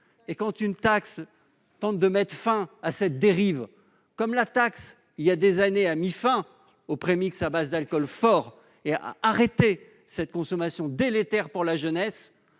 La présente taxe tente de mettre fin à cette dérive, comme celle qui, il y a des années, a mis fin aux premix à base d'alcool fort et a permis d'arrêter leur consommation délétère pour la jeunesse